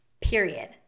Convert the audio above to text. period